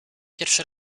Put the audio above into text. pierwszy